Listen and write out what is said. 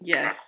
Yes